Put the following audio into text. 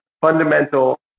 fundamental